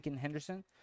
Henderson